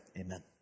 Amen